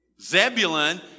Zebulun